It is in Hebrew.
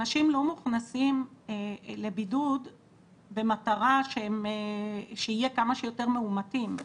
אנשים לא מוכנסים לבידוד במטרה שיהיה כמה שיותר מאומתים.